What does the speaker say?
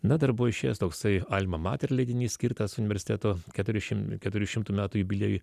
na dar buvo išėjęs toksai alma mater leidinys skirtas universiteto keturių šim keturių šimtų metų jubiliejui